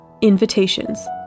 Invitations